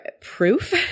proof